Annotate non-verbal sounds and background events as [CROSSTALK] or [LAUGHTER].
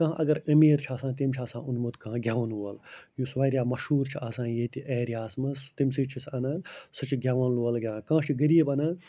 کانٛہہ اگر أمیٖر چھِ آسان تٔمۍ چھِ آسان اوٚنمُت کانٛہہ گٮ۪وَن وول یُس واریاہ مشہوٗر چھِ آسان ییٚتہِ اٮ۪رِیاہَس منٛز تٔمۍ سٕے چھِ سُہ اَنان سُہ چھِ گٮ۪وَن [UNINTELLIGIBLE] کانٛہہ چھِ غریٖب اَنان